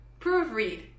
proofread